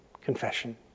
confession